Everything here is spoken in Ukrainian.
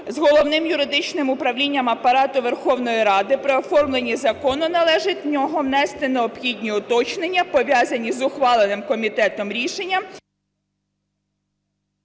з Головним юридичним управлінням Апарату Верховної Ради при оформленні закону належить в нього внести необхідні уточнення, пов'язані з ухваленим комітетом рішенням…